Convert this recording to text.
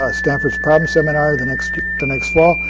stanford's problem seminar the next the next fall,